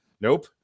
Nope